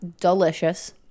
Delicious